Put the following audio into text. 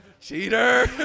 Cheater